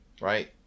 right